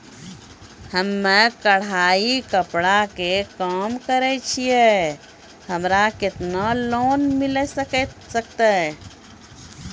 हम्मे कढ़ाई कपड़ा के काम करे छियै, हमरा केतना लोन मिले सकते?